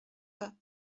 pas